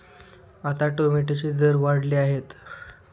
आता टोमॅटोचे दर वाढले आहेत